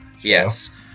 Yes